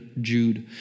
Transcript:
Jude